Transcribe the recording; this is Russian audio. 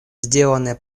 сделанное